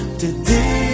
today